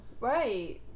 Right